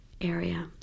area